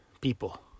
people